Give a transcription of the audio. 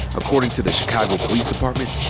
according to the chicago police department,